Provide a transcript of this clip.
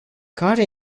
care